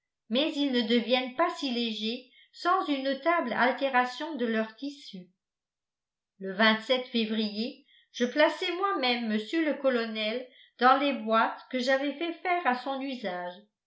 mais ils ne deviennent pas si légers sans une notable altération de leurs tissus le février je plaçai moi-même mr le colonel dans les boîtes que j'avais fait faire à son usage